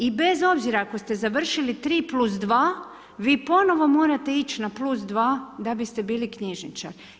I bez obzira ako ste završili 3+2 vi ponovno morate ići na +2 da biste bili knjižničar.